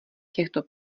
těchto